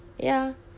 ya